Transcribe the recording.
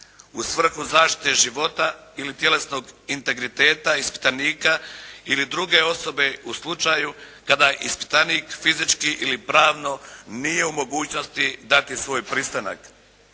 u svrhu zaštite života ili tjelesnog integriteta ispitanika ili druge osobe u slučaju kada ispitanik fizički ili pravno nije u mogućnosti dati svoj pristanak